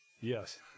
Yes